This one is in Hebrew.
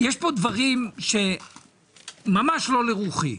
יש פה דברים שממש לא לרוחי,